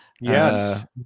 Yes